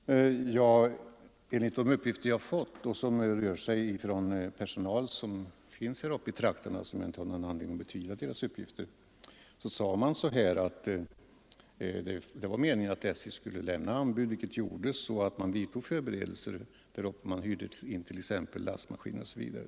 Herr talman! Enligt de uppgifter jag har fått — som härrör från personal som finns där uppe i trakterna och vilkas uppgifter jag inte har någon anledning att betvivla — skulle SJ lämna anbud, vilket gjordes, varpå förberedelser vidtogs. Man hyrde t.ex. in lastmaskiner.